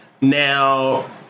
Now